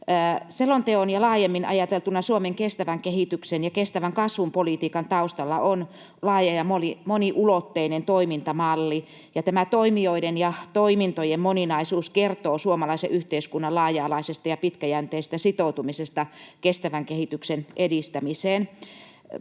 Selonteon ja laajemmin ajateltuna Suomen kestävän kehityksen ja kestävän kasvun politiikan taustalla on laaja ja moniulotteinen toimintamalli, ja tämä toimijoiden ja toimintojen moninaisuus kertoo suomalaisen yhteiskunnan laaja-alaisesta ja pitkäjänteisestä sitoutumisesta kestävän kehityksen edistämiseen.